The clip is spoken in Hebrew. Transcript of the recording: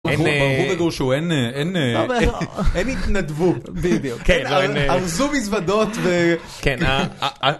ברור בגורשו, הם התנדבו בידיוק, הם ערזו מזוודות ו...